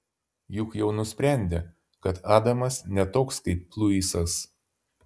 juk jau nusprendė kad adamas ne toks kaip luisas